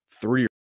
three